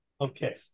Okay